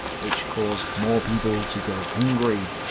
which caused more people to go hungry.